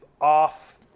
off